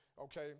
okay